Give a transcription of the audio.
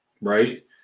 Right